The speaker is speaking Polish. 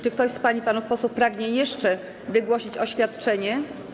Czy ktoś z pań i panów posłów pragnie jeszcze wygłosić oświadczenie?